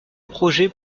projets